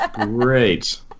Great